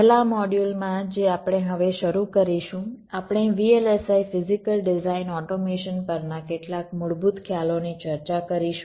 પહેલા મોડ્યુલ માં જે આપણે હવે શરૂ કરીશું આપણે VLSI ફિઝીકલ ડિઝાઇન ઓટોમેશન પરના કેટલાક મૂળભૂત ખ્યાલોની ચર્ચા કરીશું